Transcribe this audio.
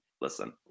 listen